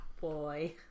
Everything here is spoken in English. boy